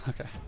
Okay